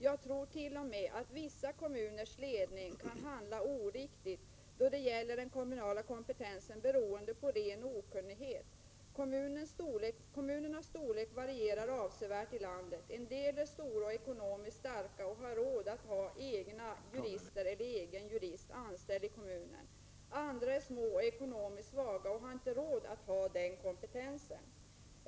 Jag tror t.o.m. att vissa kommuners ledning kan handla oriktigt när det gäller den kommunala kompetensen beroende på ren okunnighet. Kommunernas storlek varierar avsevärt i landet. En del kommuner är stora och ekonomiskt starka och har råd att anställa egna jurister — eller egen jurist. Andra är små och ekonomiskt svaga och har inte råd att ha den kompetensen.